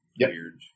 Weird